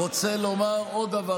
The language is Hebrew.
אני רוצה לומר עוד דבר.